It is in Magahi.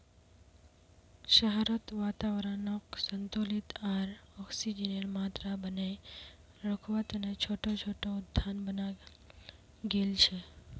शहरत वातावरनक संतुलित आर ऑक्सीजनेर मात्रा बनेए रखवा तने छोटो छोटो उद्यान बनाल गेल छे